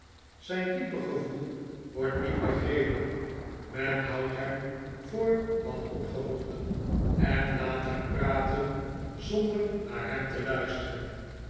zijn diepe gevoel wordt niet begrepen men houdt hem voor wat opgewonden en laat hem praten zonder naar hem te luisteren